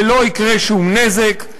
ולא יקרה שום נזק.